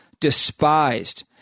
despised